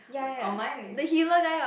oh mine is